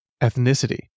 ethnicity